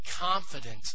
confident